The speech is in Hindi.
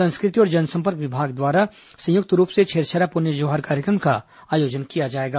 संस्कृति और जनसम्पर्क विभाग द्वारा संयुक्त रूप से छेरछेरा पुन्नी जोहार कार्यक्रम का आयोजन किया जाएगा